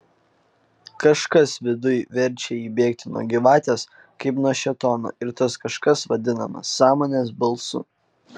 kažkas viduj verčia ji bėgti nuo gyvatės kaip nuo šėtono ir tas kažkas vadinama sąmonės balsu